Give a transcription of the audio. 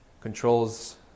controls